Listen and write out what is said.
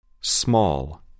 Small